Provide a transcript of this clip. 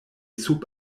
sub